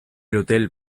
hotel